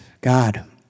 God